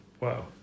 Wow